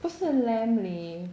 不是 lamb leh